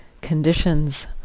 conditions